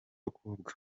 bakobwa